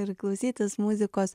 ir klausytis muzikos